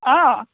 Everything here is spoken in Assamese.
অঁ